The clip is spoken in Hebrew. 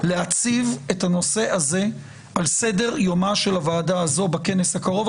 להציב את הנושא הזה על סדר יומה של הוועדה הזו בכנס הקרוב.